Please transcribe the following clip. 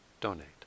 donate